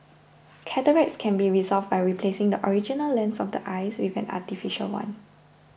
cataracts can be resolved by replacing the original lens of the eye with an artificial one